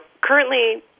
currently